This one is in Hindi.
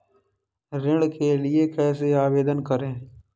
ऋण के लिए कैसे आवेदन करें?